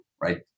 right